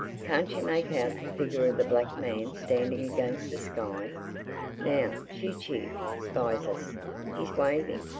can't you make out the figure of the black man standing against the sky now chee-chee spies us he's waving.